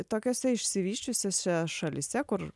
tokiose išsivysčiusiose šalyse kur